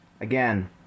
Again